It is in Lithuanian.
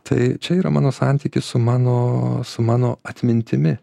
tai čia yra mano santykis su mano su mano atmintimi